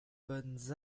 bonnes